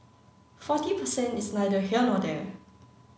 forty percent is neither here nor there